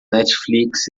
netflix